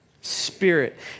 Spirit